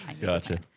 Gotcha